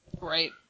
Right